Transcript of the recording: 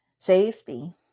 safety